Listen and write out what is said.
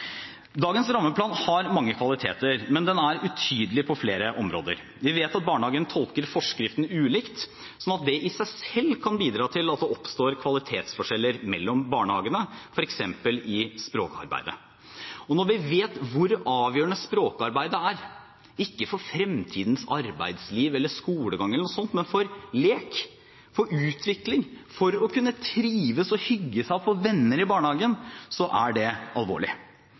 Dagens rammeplan har mange kvaliteter, men den er utydelig på flere områder. Vi vet at barnehagene tolker forskriften ulikt, og det i seg selv kan bidra til at det oppstår kvalitetsforskjeller mellom barnehagene, f.eks. i språkarbeidet. Og når vi vet hvor avgjørende språkarbeidet er, ikke for fremtidens arbeidsliv eller skolegang eller noe sånt, men for lek, for utvikling, for å kunne trives og hygge seg og få venner i barnehagen er det alvorlig.